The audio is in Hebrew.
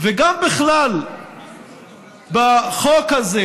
וגם בכלל בחוק הזה,